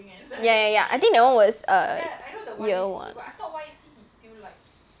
ya ya ya I think that one was uh year one